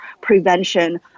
prevention